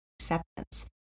acceptance